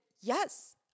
yes